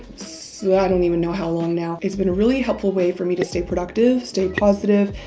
so ah don't even know how long now. it's been a really helpful way for me to stay productive, stay positive,